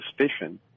suspicion